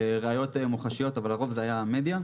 ראיות מוחשיות, אבל לרוב זה היה המדיה.